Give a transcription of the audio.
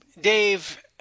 Dave –